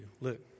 Look